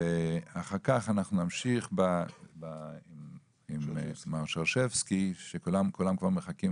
ואחר כך אנחנו נמשיך עם מר שרשבסקי כולם מחכים